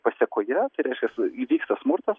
pasekoje tai reiškias įvyksta smurtas